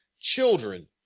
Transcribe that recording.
children